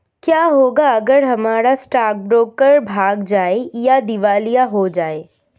क्या होगा अगर हमारा स्टॉक ब्रोकर भाग जाए या दिवालिया हो जाये?